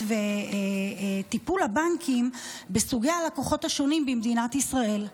וטיפול הבנקים בסוגי הלקוחות השונים במדינת ישראל.